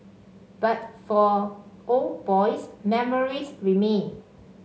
but for old boys memories remain